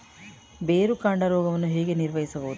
ಬೇರುಕಾಂಡ ರೋಗವನ್ನು ಹೇಗೆ ನಿರ್ವಹಿಸಬಹುದು?